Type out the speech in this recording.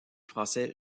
français